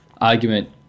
argument